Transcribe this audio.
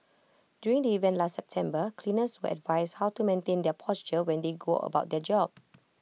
during the event last September cleaners were advised how to maintain their posture when they go about their job